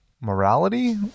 morality